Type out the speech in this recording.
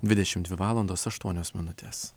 dvidešimt dvi valandos aštuonios minutės